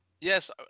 Yes